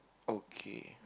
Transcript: okay